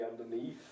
underneath